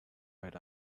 right